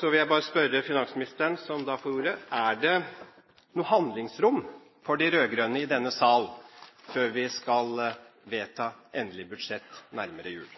Så vil jeg bare spørre finansministeren, som nå får ordet: Er det noe handlingsrom for de rød-grønne i denne sal før vi skal vedta endelig budsjett nærmere jul?